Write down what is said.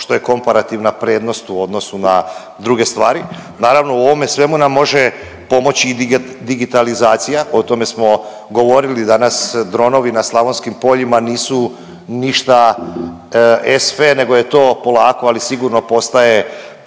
što je komparativna prednost u odnosu na druge stvari. Naravno u ovome svemu nam može pomoći i digitalizacija, o tome smo govorili danas, dronovi na slavonskim poljima nisu ništa esfe, nego je to polako, ali sigurno postaje,